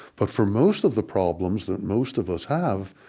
but for most of the problems that most of us have,